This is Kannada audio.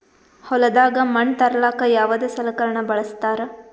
ಹೊಲದಾಗ ಮಣ್ ತರಲಾಕ ಯಾವದ ಸಲಕರಣ ಬಳಸತಾರ?